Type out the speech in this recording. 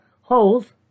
holes